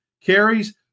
carries